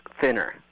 thinner